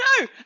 No